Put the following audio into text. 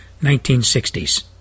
1960s